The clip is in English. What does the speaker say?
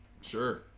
Sure